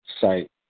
site